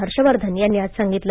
हर्ष वर्धन यांनी आज सांगितलं